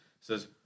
says